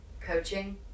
coaching